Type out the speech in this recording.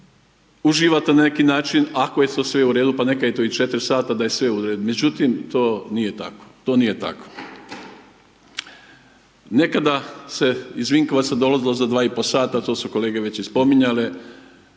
uživate na neki način ako je to sve u redu, pa neka je to i 4 sata da je sve u redu, međutim to nije tako, to nije tako. Nekada se iz Vinkovaca dolazilo za 2,5 sata to su kolege već i spominjale